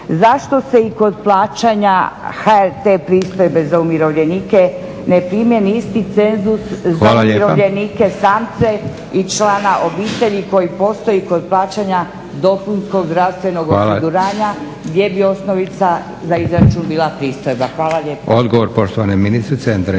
Odgovor poštovane ministrice